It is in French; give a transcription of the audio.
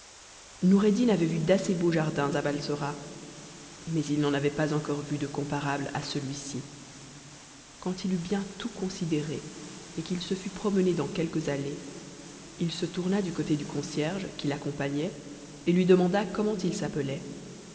noureddin avait vu d'assez beaux jardins à balsora mais il n'en avait pas encore vu de comparables à celui-ci quand il eut bien tout considéré et qu'il se fut promené dans quelques allées il se tourna du côté du concierge qui l'accompagnait et lui demanda comment il s'appelait